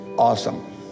awesome